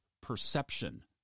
perception